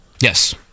Yes